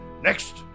Next